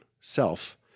self